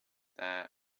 that